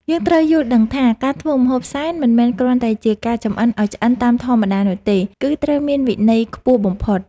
យើងត្រូវយល់ដឹងថា ការធ្វើម្ហូបសែនមិនមែនគ្រាន់តែជាការចម្អិនឱ្យឆ្អិនតាមធម្មតានោះទេ គឺត្រូវមានវិន័យខ្ពស់បំផុត។